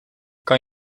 kan